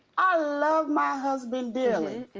i love my husband dearly,